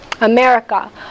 America